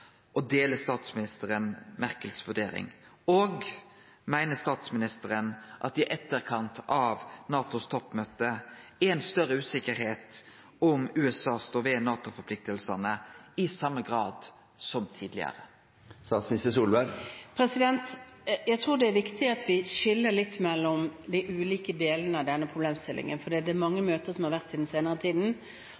og deler statsministeren Merkels vurdering? Meiner statsministeren at det i etterkant av NATOs toppmøte er ei større usikkerheit om USA står ved NATO-forpliktingane i same grad som tidlegare? Jeg tror det er viktig at vi skiller litt mellom de ulike delene av denne problemstillingen, for det har vært mange